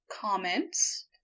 comments